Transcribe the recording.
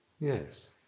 Yes